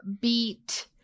beat